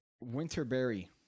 Winterberry